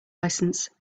license